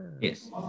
Yes